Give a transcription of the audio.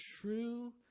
true